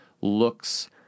looks